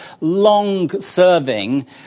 long-serving